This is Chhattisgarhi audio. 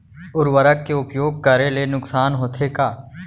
उर्वरक के उपयोग करे ले नुकसान होथे का?